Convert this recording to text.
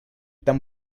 tan